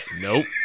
Nope